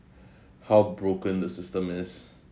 how broken the system is